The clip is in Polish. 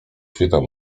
świtem